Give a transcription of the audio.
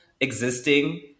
existing